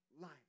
life